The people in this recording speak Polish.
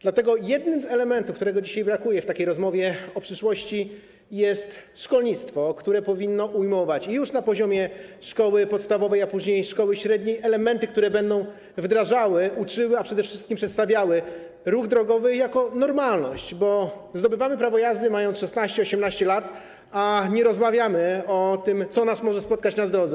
Dlatego jednym z elementów, którego dzisiaj brakuje w takiej rozmowie o przyszłości, jest szkolnictwo, które powinno ujmować, już na poziomie szkoły podstawowej, a później szkoły średniej, elementy, które będą wdrażały, uczyły, a przede wszystkim przedstawiały ruch drogowy jako normalność, bo zdobywamy prawo jazdy, mając 16–18 lat, a nie rozmawiamy o tym, co nas może spotkać na drodze.